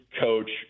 coach